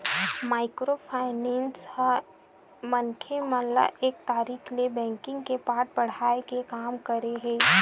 micro finance ह मनखे मन ल एक तरिका ले बेंकिग के पाठ पड़हाय के काम करे हे